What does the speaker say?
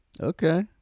okay